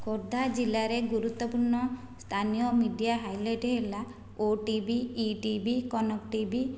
ଖୋର୍ଦ୍ଧା ଜିଲ୍ଲାରେ ଗୁରୁତ୍ୱପୂର୍ଣ୍ଣ ସ୍ଥାନୀୟ ମିଡ଼ିଆ ହାଇଲାଇଟ୍ ହେଲା ଓଟିଭି ଇଟିଭି କନକ ଟିଭି